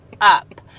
up